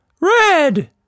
Red